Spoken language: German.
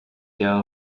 der